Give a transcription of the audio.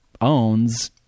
owns